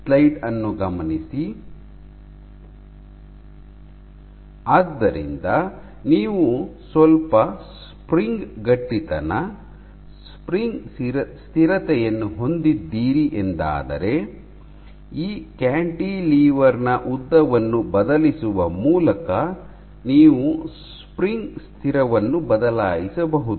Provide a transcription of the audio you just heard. ಆದ್ದರಿಂದ ನೀವು ಸ್ವಲ್ಪ ಸ್ಪ್ರಿಂಗ್ ಗಟ್ಟಿತನ ಸ್ಪ್ರಿಂಗ್ ಸ್ಥಿರತೆಯನ್ನು ಹೊಂದಿದ್ದೀರಿ ಎಂದಾದರೆ ಈ ಕ್ಯಾಂಟಿಲಿವರ್ ನ ಉದ್ದವನ್ನು ಬದಲಿಸುವ ಮೂಲಕ ನೀವು ಸ್ಪ್ರಿಂಗ್ ಸ್ಥಿರವನ್ನು ಬದಲಾಯಿಸಬಹುದು